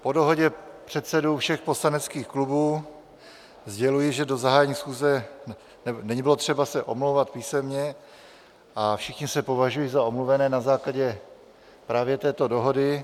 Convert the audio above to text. Po dohodě předsedů všech poslaneckých klubů sděluji, že do zahájení schůze nebylo potřeba se omlouvat písemně a všichni se považují za omluvené na základě právě této dohody.